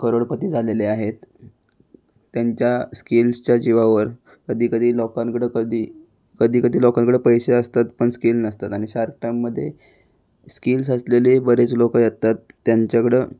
करोडपती झालेले आहेत त्यांच्या स्किल्सच्या जिवावर कधी कधी लोकांकडं कधी कधी कधी लोकांकडं पैसे असतात पण स्किल नसतात आणि शार्क टॅंकमध्ये स्किल्स असलेले बरेच लोक येतात त्यांच्याकडं